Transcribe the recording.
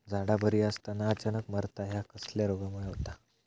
झाडा बरी असताना अचानक मरता हया कसल्या रोगामुळे होता?